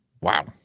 wow